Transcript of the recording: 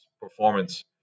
performance